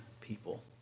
people